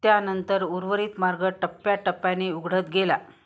त्यानंतर उर्वरित मार्ग टप्प्याटप्प्याने उघडत गेला